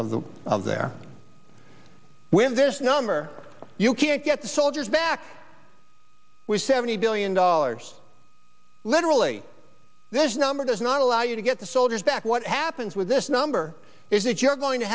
of the of there when this number you can't get the soldier back with seventy billion dollars literally this number does not allow you to get the soldiers back what happens with this number is that you're going to